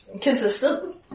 Consistent